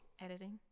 Editing